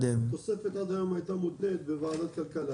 התוספת עד היום הייתה מותנית בוועדת כלכלה